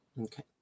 Okay